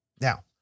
Now